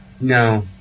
No